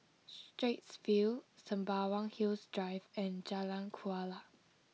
Straits View Sembawang Hills Drive and Jalan Kuala